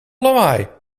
lawaai